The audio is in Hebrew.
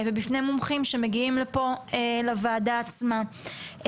בפני מומחים שמגיעים לפה לוועדה עצמה.